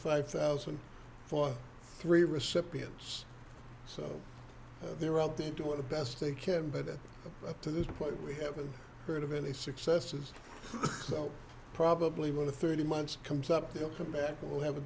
five thousand for three recipients so they're out there doing the best they can but at this point we haven't heard of any successes so probably one of thirty months comes up they'll come back we'll have a